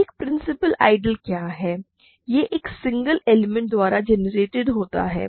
एक principal ideal क्या है यह एक सिंगल एलिमेंट द्वारा जेनेरेट होता है